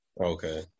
Okay